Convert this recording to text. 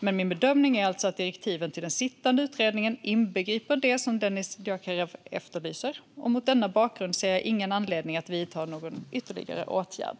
Min bedömning är alltså att direktiven till den sittande utredningen inbegriper det som Dennis Dioukarev efterlyser. Mot denna bakgrund ser jag ingen anledning att vidta någon ytterligare åtgärd.